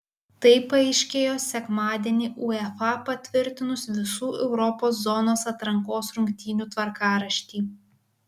tai paaiškėjo sekmadienį uefa patvirtinus visų europos zonos atrankos rungtynių tvarkaraštį